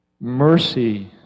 Mercy